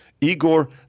Igor